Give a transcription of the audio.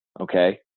Okay